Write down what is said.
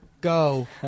go